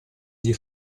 gli